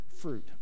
fruit